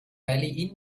valley